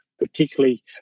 particularly